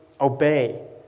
obey